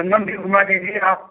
संगम भी घुमा दीजिए आप